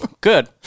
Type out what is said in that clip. Good